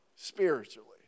Spiritually